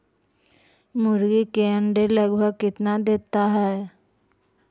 मुर्गी के अंडे लगभग कितना देता है?